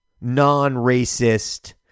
non-racist